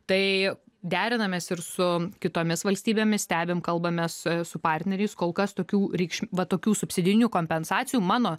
tai derinamės ir su kitomis valstybėmis stebim kalbamės su partneriais kol kas tokių reikš va tokių subsidijų kompensacijų mano